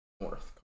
North